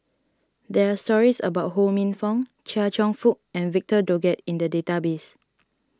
there are stories about Ho Minfong Chia Cheong Fook and Victor Doggett in the database